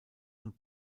und